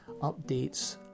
updates